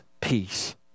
peace